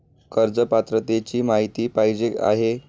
कर्ज पात्रतेची माहिती पाहिजे आहे?